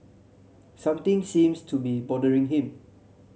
something seems to be bothering him